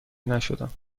نشدم